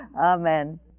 Amen